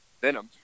Venom